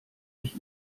ich